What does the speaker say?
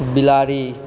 बिलाड़ि